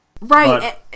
Right